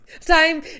Time